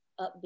upbeat